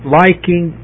liking